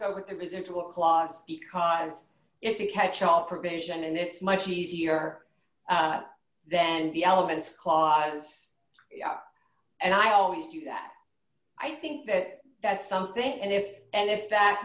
go with the residual clause because it's a catch all provision and it's much easier than the elements clive's and i always do that i think that that's something and if and if that